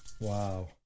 Wow